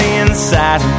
inside